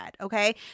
Okay